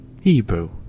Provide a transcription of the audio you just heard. Hebrew